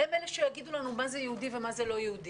הם אלה שיגידו לנו מה זה יהודי ומה זה לא יהודי.